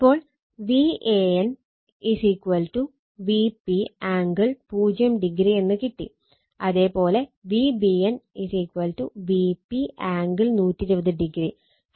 അപ്പോൾ Van Vp angle 0o എന്ന് കിട്ടി അതേ പോലെ Vbn Vp ആംഗിൾ 120o